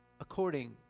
according